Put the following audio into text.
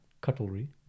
Cutlery